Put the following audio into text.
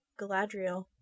Galadriel